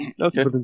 Okay